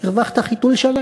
הרווחת חיתול שלם.